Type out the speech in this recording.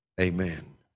amen